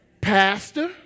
Pastor